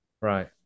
Right